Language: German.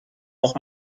noch